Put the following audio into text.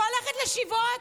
שהולכת לשבעות?